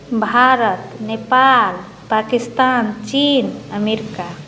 भारत नेपाल पाकिस्तान चीन अमेरिका